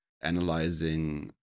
analyzing